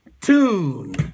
tune